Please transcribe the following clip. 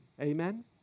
Amen